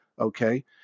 Okay